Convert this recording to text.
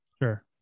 Sure